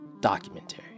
documentary